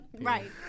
Right